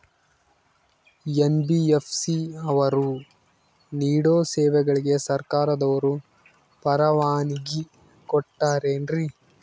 NBFC ಅವರು ನೇಡೋ ಸೇವೆಗಳಿಗೆ ಸರ್ಕಾರದವರು ಪರವಾನಗಿ ಕೊಟ್ಟಾರೇನ್ರಿ?